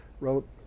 wrote